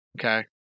Okay